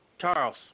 Charles